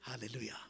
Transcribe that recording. Hallelujah